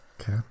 Okay